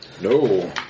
no